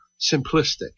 simplistic